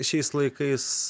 šiais laikais